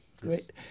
Great